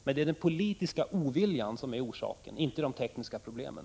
Det är den politiska oviljan som är orsaken, inte de tekniska problemen.